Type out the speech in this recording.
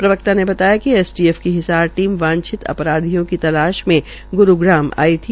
प्रवक्ता ने बताया कि एसटी एफ की हिसार टीम वांछित अपराधियों की तलाश मे ग्रूग्राम आई थी